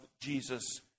Jesus